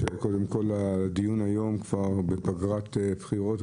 קודם כול על הדיון היום כבר בפגרת בחירות,